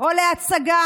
או להצגה,